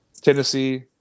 Tennessee